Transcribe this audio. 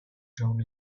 down